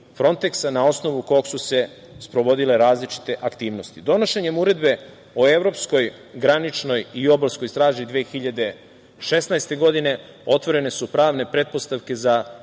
na osnovu kog su sprovodile različite aktivnosti. Donošenjem Uredbe o evropskoj graničnoj i obalskoj straži 2016. godine otvorene su pravne pretpostavke za